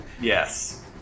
Yes